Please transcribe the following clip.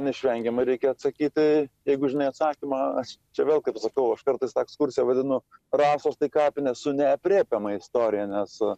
neišvengiamai reikia atsakyti jeigu žinai atsakymą aš čia vėl kaip sakau aš kartais ekskursiją vadinu rasos tai kapinės su neaprėpiama istorija nes